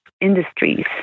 industries